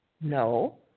No